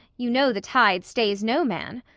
you know the tide staies no man,